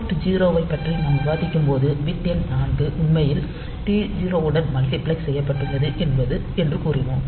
board 3 ஐ பற்றி நாங்கள் விவாதித்தபோது பிட் எண் 4 உண்மையில் T0 உடன் மல்டிபிளக்ஸ் செய்யப்பட்டுள்ளது என்று கூறினோம்